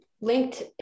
linked